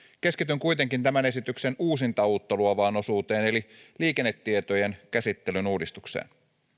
keskityn kuitenkin tämän esityksen uusinta uutta luovaan osuuteen eli liikennetietojen käsittelyn uudistukseen